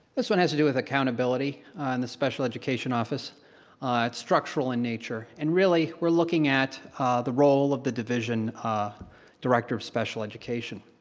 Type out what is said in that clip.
this one has to do with accountability in and the special education office. it's structural in nature, and really we're looking at the role of the division ah director of special education.